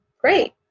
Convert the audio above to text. great